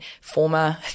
former